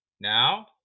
Now